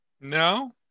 No